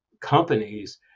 companies